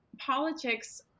politics